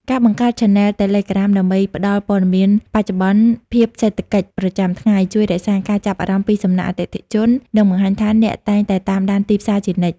ការបង្កើតឆានែលតេឡេក្រាមដើម្បីផ្ដល់ព័ត៌មានបច្ចុប្បន្នភាពសេដ្ឋកិច្ចប្រចាំថ្ងៃ ជួយរក្សាការចាប់អារម្មណ៍ពីសំណាក់អតិថិជន និងបង្ហាញថាអ្នកតែងតែតាមដានទីផ្សារជានិច្ច។